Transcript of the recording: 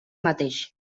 mateix